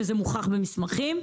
וזה מוכח במסמכים,